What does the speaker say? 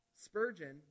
Spurgeon